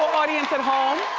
ah audience at home.